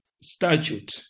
statute